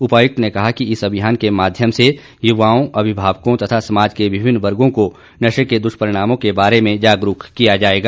उपायुक्त ने कहा कि इस अभियान के माध्यम से युवाओं अभिमावकों तथा समाज के विभिन्न वर्गों को नशे के दुष्परिणामों के बारे में जागरूक किया जाएगा